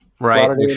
right